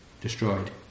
destroyed